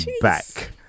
back